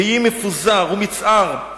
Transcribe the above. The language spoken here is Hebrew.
ויהי מפוזר ומיצער,